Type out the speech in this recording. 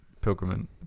pilgrim